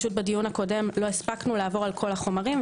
בדיון הקודם לא הספקנו לעבור על כל החומרים,